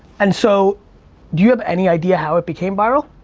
and so, do you have any idea how it became viral?